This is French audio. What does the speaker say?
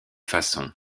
façon